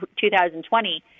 2020